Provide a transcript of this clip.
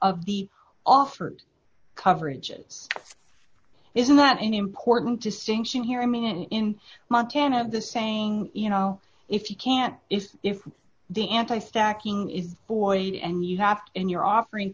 of the offered coverages isn't that an important distinction here i mean in montana the saying you know if you can't is if the anti stacking is void and you have in your offering